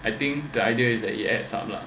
I think the idea is that it adds up lah